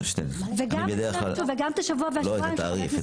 וגם את השבוע-שבועיים של חבר הכנסת אזולאי.